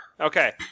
Okay